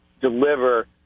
deliver